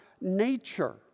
nature